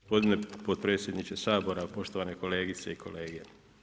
Gospodine potpredsjedniče Sabora, poštovane kolegice i kolege.